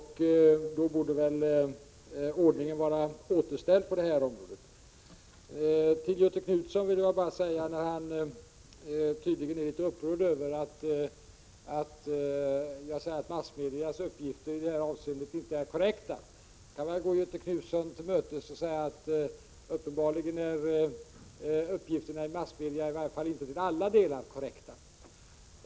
Då borde väl ordningen vara återställd på det här området. Göthe Knutson är tydligen litet upprörd över att jag säger att massmedias uppgifter i det här avseendet inte är korrekta. Jag kan gå Göthe Knutson till mötes och säga att uppenbarligen är uppgifterna i massmedia i varje fall inte till alla delar korrekta.